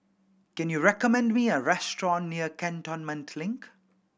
can you recommend me a restaurant near Cantonment Link